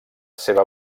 seva